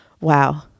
Wow